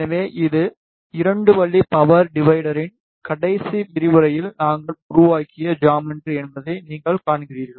எனவே இது 2 வழி பவர் டிவைடரின் கடைசி விரிவுரையில் நாங்கள் உருவாக்கிய ஜாமெட்ரி என்பதை நீங்கள் காண்கிறீர்கள்